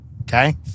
Okay